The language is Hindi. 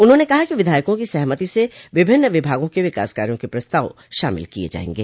उन्होंने कहा कि विधायकों की सहमति से विभिन्न विभागों के विकास कार्यो के प्रस्ताव शामिल किये जायेंगे